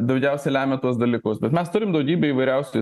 daugiausia lemia tuos dalykus bet mes turim daugybę įvairiausių